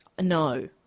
No